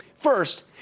First